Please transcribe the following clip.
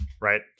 right